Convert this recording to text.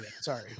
Sorry